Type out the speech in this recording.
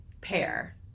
pair